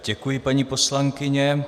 Děkuji, paní poslankyně.